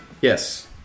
Yes